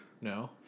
No